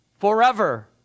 forever